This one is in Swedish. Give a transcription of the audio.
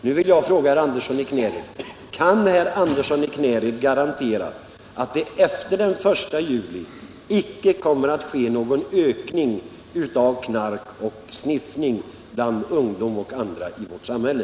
Nu vill jag fråga herr Andersson i Knäred: Kan herr Andersson i Knäred garantera att det efter den 1 juli icke kommer att ske någon ökning av knarkmissbruket och sniffningen bland ungdom och andra i vårt samhälle?